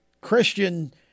Christian